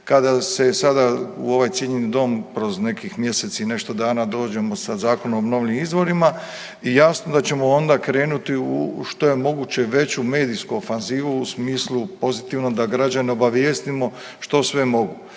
kada se sada u ovaj cijenjeni dom kroz nekih mjesec i nešto dana dođemo sa Zakonom o obnovljivim izvorima i jasno je da ćemo onda krenuti u što je moguće veću medijsku ofanzivu u smislu pozitivnom da građane obavijestimo što sve mogu